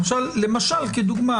למשל,